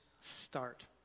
start